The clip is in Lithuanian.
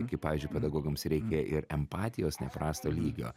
kaip pavyzdžiui pedagogams reikia ir empatijos neprasto lygio